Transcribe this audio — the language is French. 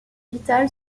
vital